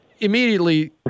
immediately